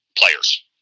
players